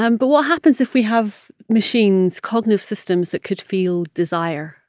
um but what happens if we have machines, cognitive systems, that could feel desire,